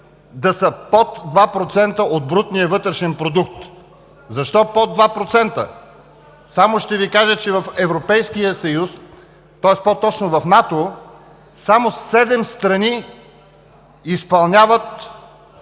да са под 2% от брутния вътрешен продукт. Защо под 2%? Само ще Ви кажа, че в Европейския съюз, по-точно в НАТО, само седем страни изпълняват